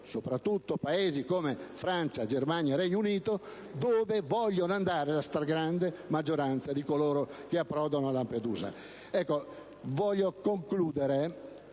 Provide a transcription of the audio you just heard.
soprattutto Paesi come Francia, Germania e Regno Unito, dove vuole andare la stragrande maggioranza di coloro che approdano a Lampedusa.